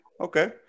Okay